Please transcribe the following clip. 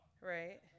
right